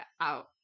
out